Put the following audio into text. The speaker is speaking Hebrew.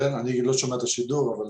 בבקשה.